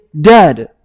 dead